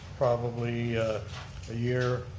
probably a year,